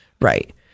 Right